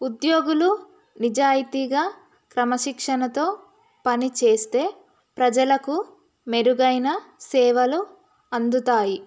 ఉద్యోగులు నిజాయితీగా క్రమశిక్షణతో పనిచస్తే ప్రజలకు మెరుగైన సేవలు అందుతాయి